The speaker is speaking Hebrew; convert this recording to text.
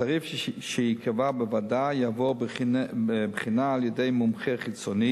התעריף שייקבע בוועדה ייבחן על-ידי מומחה חיצוני